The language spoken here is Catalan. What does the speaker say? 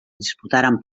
disputaren